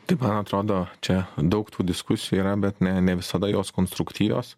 tai man atrodo čia daug tų diskusijų yra bet ne ne visada jos konstruktyvios